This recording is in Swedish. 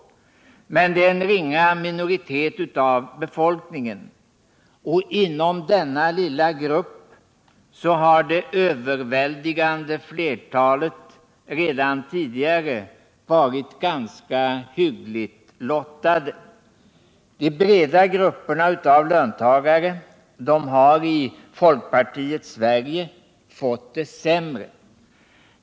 Men det är en ringa minoritet av befolkningen. Och inom denna lilla grupp har det överväldigande flertalet redan tidigare varit ganska hyggligt lottade. De breda grupperna av löntagare, de har ”i folkpartiets Sverige” fått det sämre.